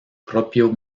propio